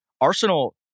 Arsenal